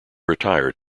retire